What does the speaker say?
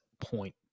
point